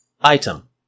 item